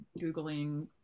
Googling